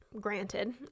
granted